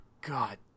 God